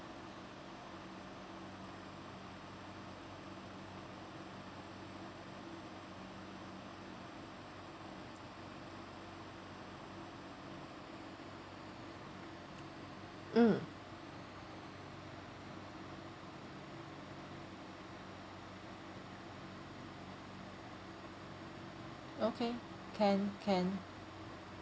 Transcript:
mm okay can can